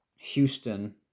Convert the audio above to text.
Houston